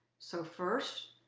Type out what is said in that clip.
so first,